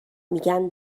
میگن